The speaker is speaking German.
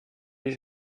ich